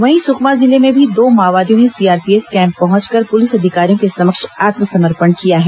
वहीं सुकमा जिले में भी दो माओवादियों ने सीआरपीएफ कैम्प पहंचकर पुलिस अधिकारियों के समक्ष आत्मसमर्पेण किया है